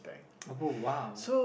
oh !wow!